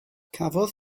cafodd